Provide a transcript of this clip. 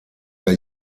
der